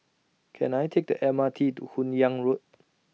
Can I Take The M R T to Hun Yeang Road